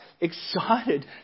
excited